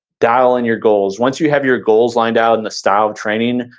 dial in your goals. once you have your goals lined out and the style of training,